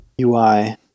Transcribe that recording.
UI